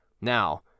Now